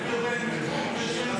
כל אחד בא לפה: בן גביר, בן גביר.